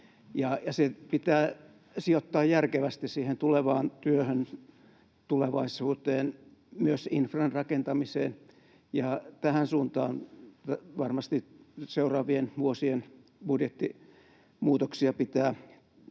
se pitää sijoittaa järkevästi siihen tulevaan työhön, tulevaisuuteen, myös infran rakentamiseen. Ja tähän suuntaan varmasti seuraavien vuosien budjettimuutoksia pitää tehdä.